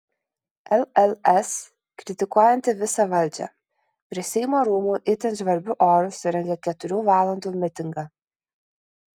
lls kritikuojanti visą valdžią prie seimo rūmų itin žvarbiu oru surengė keturių valandų mitingą